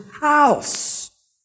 house